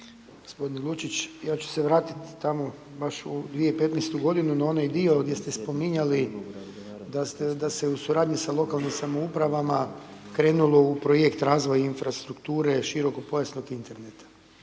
Gospodine Lučić, ja ću se vratiti tamo baš u 2015. godinu na onaj dio gdje ste spominjali da se u suradnji sa lokalnim samoupravama krenulo u projekt razvoj infrastrukture širokopojasnog interneta.